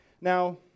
Now